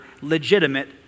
legitimate